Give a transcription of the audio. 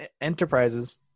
Enterprises